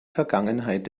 vergangenheit